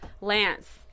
Lance